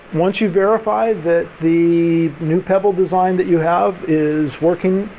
once you verify that the new pebble design that you have is working,